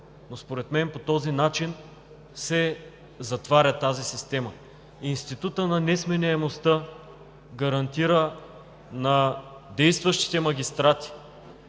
но според мен по този начин се затваря тази система. Институтът на несменяемостта гарантира на действащите магистрати